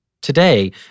Today